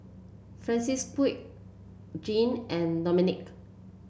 Francisqui Jeane and Dominick